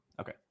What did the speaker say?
okay